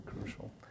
crucial